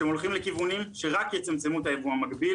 אתם הולכים לכיוונים שרק יצמצמו את היבוא המקביל,